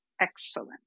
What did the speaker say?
Excellent